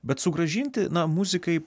bet sugrąžinti na muzikai